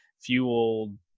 fueled